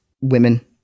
women